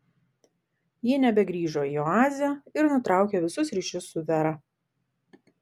ji nebegrįžo į oazę ir nutraukė visus ryšius su vera